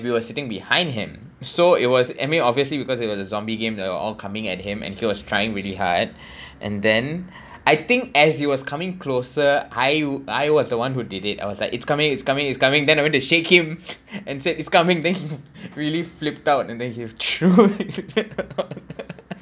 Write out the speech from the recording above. we were sitting behind him so it was I mean obviously because it was a zombie game they were all coming at him and he was trying really hard and then I think as he was coming closer I w~ I was the one who did it I was like it's coming it's coming it's coming then I went to shake him and say it's coming then he really flipped out and he